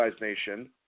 Nation